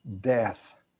death